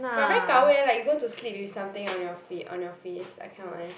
but very gao wei lah you go to sleep with something on your feet on your face I cannot eh